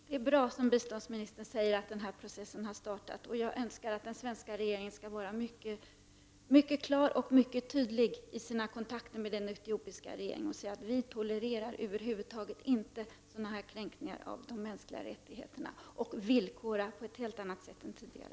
Herr talman! Det är bra att, som biståndsministern säger, den här processen har startat. Jag önskar bara att den svenska regeringen är mycket klar och tydlig i sina kontakter med den etiopiska regeringen. Jag hoppas således att man framför att vi över huvud taget inte tolererar sådana här kränkningar av de mänskliga rättigheterna och att biståndet villkoras på ett helt annat sätt än tidigare.